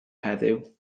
heddiw